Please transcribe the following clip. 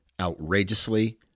outrageously